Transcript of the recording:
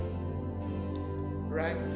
right